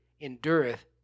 endureth